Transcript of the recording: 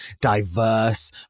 diverse